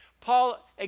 Paul